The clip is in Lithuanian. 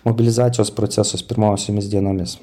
mobilizacijos procesas pirmosiomis dienomis